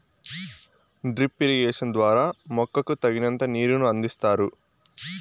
drip irrigation ద్వారా మొక్కకు తగినంత నీరును అందిస్తారు